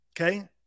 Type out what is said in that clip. Okay